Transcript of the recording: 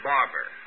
Barber